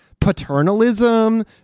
paternalism